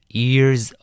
years